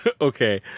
Okay